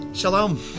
Shalom